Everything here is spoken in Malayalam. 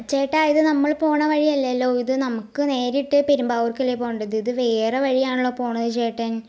ചേട്ടാ ഇത് നമ്മൾ പോവുന്ന വഴിയല്ലല്ലോ ഇത് നമുക്ക് നേരിട്ട് പെരുമ്പാവൂർക്കല്ലേ പോവേണ്ടത് ഇത് വേറെ വഴിയാണല്ലോ പോവുന്നത് ചേട്ടൻ